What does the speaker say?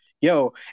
yo